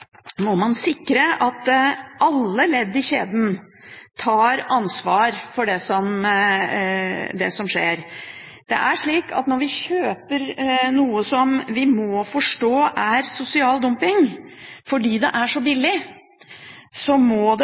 sikre at alle ledd i kjeden tar ansvar for det som skjer. Det er slik at når noen kjøper noe som de må forstå er sosial dumping, fordi det er så billig, må det også være slik at vi overfor oppdragsgiver må vurdere hvilke tiltak det